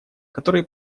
которые